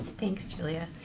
thanks, julia.